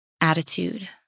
attitude